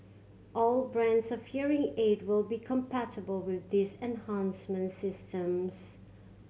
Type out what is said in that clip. all brands of hearing aid will be compatible with these enhancement systems